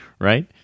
right